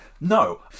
No